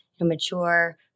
mature